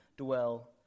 dwell